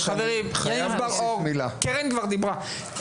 חברים, בבקשה.